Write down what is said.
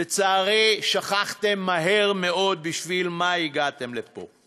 לצערי, שכחתם מהר מאוד בשביל מה הגעתם לפה.